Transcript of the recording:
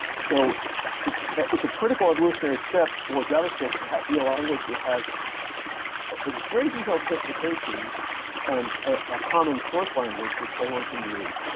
so it's it's a critical evolutionary step for javascript to be a language that has but ah very detailed specification and a common source language which everyone can use,